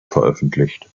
veröffentlicht